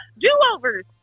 Do-overs